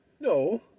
no